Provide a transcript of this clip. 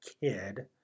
kid